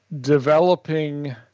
developing